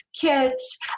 kids